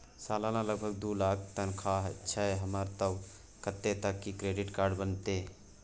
सलाना लगभग दू लाख तनख्वाह छै हमर त कत्ते तक के क्रेडिट कार्ड बनतै?